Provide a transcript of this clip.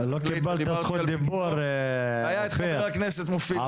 היה גם חבר הכנסת מופיד מרעי,